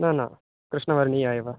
न न कृष्णवर्णीया एव